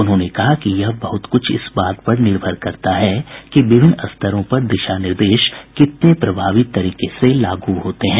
उन्होंने कहा कि यह बहुत कुछ इस बात पर निर्भर करता है कि विभिन्न स्तरों पर दिशा निर्देश कितने प्रभावी तरीके से लागू होते हैं